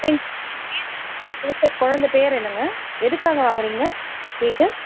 cream குழந்தை பேர் என்னங்க எதுக்காக வாங்குகிறீங்க கேக்கு